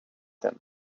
him